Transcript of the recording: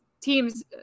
teams